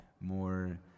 more